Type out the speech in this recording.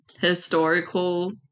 historical